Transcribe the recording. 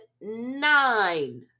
nine